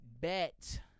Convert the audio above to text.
bet